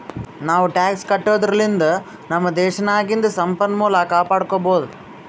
ನಾವೂ ಟ್ಯಾಕ್ಸ್ ಕಟ್ಟದುರ್ಲಿಂದ್ ನಮ್ ದೇಶ್ ನಾಗಿಂದು ಸಂಪನ್ಮೂಲ ಕಾಪಡ್ಕೊಬೋದ್